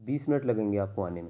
بیس minute لگیں گے آپ کو آنے میں